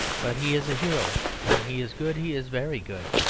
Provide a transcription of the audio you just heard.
but he is a hero when he is good he is very good.